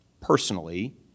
personally